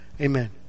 Amen